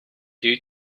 due